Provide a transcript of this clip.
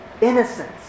innocence